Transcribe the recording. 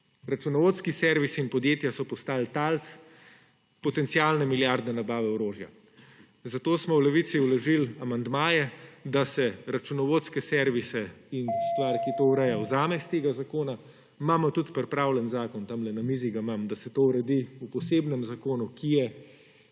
Računovodski servisi in podjetja so postali talec potencialne milijardne nabave orožja. Zato smo v Levici vložili amandmaje, da se računovodske servise in stvar, ki to ureja, vzame iz tega zakona. Imamo tudi pripravljen zakon, tamle na mizi ga imam, da se to uredi v posebnem zakonu, ki je